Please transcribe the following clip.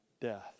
death